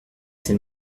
c’est